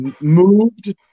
moved